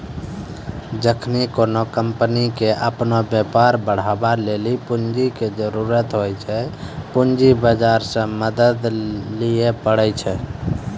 जखनि कोनो कंपनी के अपनो व्यापार बढ़ाबै लेली पूंजी के जरुरत होय छै, पूंजी बजारो से मदत लिये पाड़ै छै